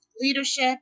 leadership